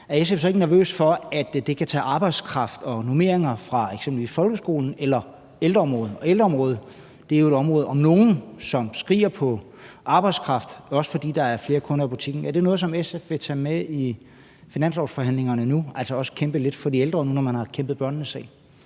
er SF så ikke nervøse for, at det kan tage arbejdskraft og normeringer fra eksempelvis folkeskolen eller ældreområdet? Og ældreområdet er jo et område, som om nogen skriger på arbejdskraft, også fordi der er flere kunder i butikken. Er det noget, som SF vil tage med i finanslovsforhandlingerne nu, altså også at kæmpe lidt for de ældre, når man nu har kæmpet børnenes sag?